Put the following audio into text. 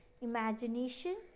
imagination